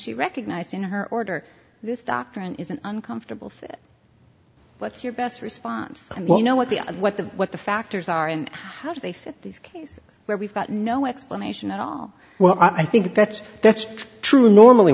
she recognized in her order this doctrine is an uncomfortable thing what's your best response when you know what the what the what the factors are and how do they fit these cases where we've got no explanation at all well i think that's that's true normally